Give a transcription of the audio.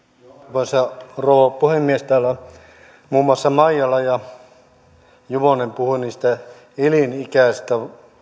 arvoisa rouva puhemies täällä ovat muun muassa maijala ja juvonen puhuneet niistä elinikäisistä